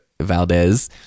Valdez